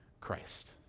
Christ